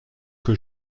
que